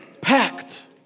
packed